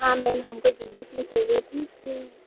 हाँ मैम हमको जूलरीस भी चाहिए थी इसकी